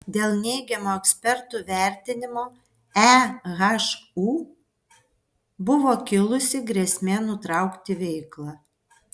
dėl neigiamo ekspertų vertinimo ehu buvo kilusi grėsmė nutraukti veiklą